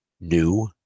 new